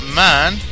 man